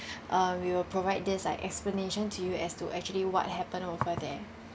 uh we will provide this like explanation to you as to actually what happened over there